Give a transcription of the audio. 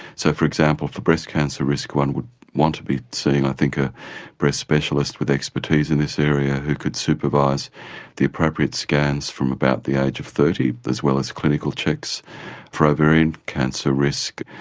so, for example, for breast cancer risk one would want to be seeing i think a breast specialist with expertise in this area who could supervise the appropriate scans from about the age of thirty as well as clinical checks for ovarian cancer risk,